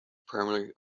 primarily